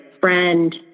friend